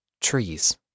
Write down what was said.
trees